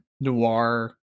noir